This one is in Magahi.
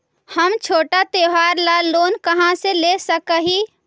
हम छोटा त्योहार ला लोन कहाँ से ले सक ही?